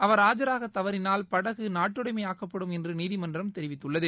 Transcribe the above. அவர் ஆஜராக தவறினால் படகு நாட்டுடமையாக்கப்படும் என்று நீதிமன்றம் தெரிவித்துள்ளது